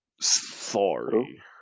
Sorry